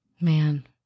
Man